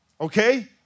Okay